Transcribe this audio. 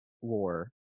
war